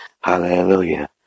Hallelujah